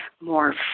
more